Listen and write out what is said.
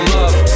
love